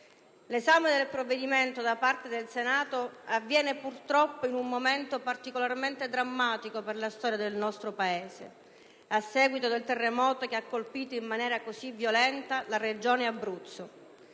L'esame del provvedimento da parte del Senato avviene purtroppo in un momento particolarmente drammatico per la storia del nostro Paese, a seguito del terremoto che ha colpito in maniera così violenta la Regione Abruzzo.